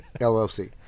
LLC